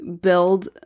build